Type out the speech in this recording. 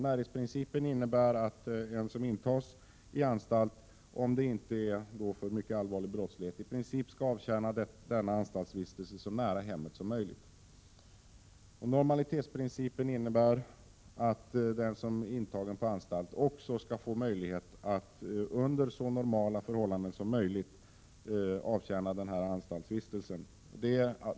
Närhetsprincipen innebär att en person som intagits i anstalt, om det inte gäller alltför allvarlig brottslighet, i princip skall avtjäna denna anstaltsvistelse så nära hemmet som möjligt. Normalitetsprincipen innebär att den som är intagen på anstalt också skall få möjlighet att under så normala förhållanden som möjligt avtjäna sin anstaltsvistelse.